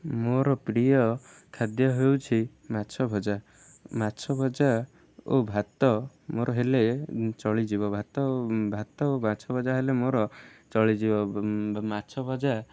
ମୋର ପ୍ରିୟ ଖାଦ୍ୟ ହେଉଛି ମାଛ ଭଜା ମାଛ ଭଜା ଓ ଭାତ ମୋର ହେଲେ ଚଳିଯିବ ଭାତ ଓ ଭାତ ଓ ମାଛ ଭଜା ହେଲେ ମୋର ଚଳିଯିବ ମାଛ ଭଜା